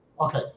Okay